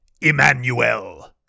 Emmanuel